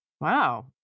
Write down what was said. Wow